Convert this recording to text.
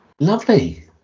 lovely